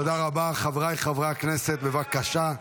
רבקה,